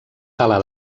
tala